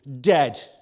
dead